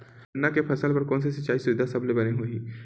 गन्ना के फसल बर कोन से सिचाई सुविधा सबले बने होही?